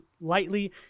Lightly